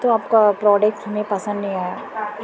تو آپ کا پروڈکٹ ہمیں پسند نہیں آیا